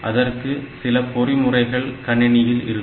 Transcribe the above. அதற்கு சில பொறிமுறைகள் கணினியில் இருக்கும்